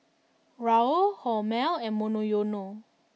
Raoul Hormel and Monoyono